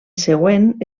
següent